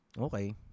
Okay